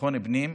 לביטחון פנים,